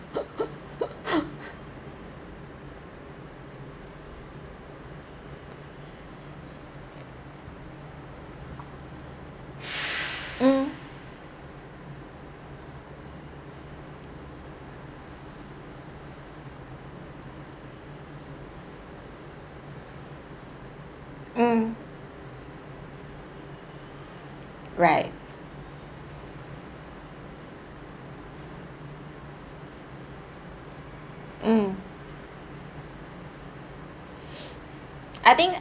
mm mm right mm I think